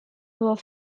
were